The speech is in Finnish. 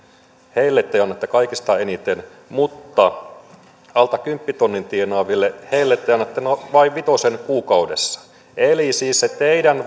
heille te annatte kaikista eniten mutta alta kymppitonnin tienaaville te te annatte vain vitosen kuukaudessa siis se teidän